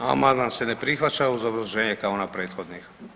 Amandman se ne prihvaća uz obrazloženje kao na prethodni.